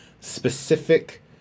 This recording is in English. Specific